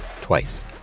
twice